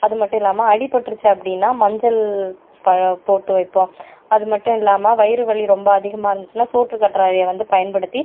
அதுமட்டும் இல்லாமல் அடிபட்டுருச்சி அப்படின்னா மஞ்சள் பழ போட்டு வைப்போம் அது மட்டும் இல்லாமல் வயிறு வலி ரொம்ப அதிகமாக இருந்துச்சுன்னா சோற்றுக்கற்றாழையை வந்து பயன்படுத்தி